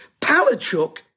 Palachuk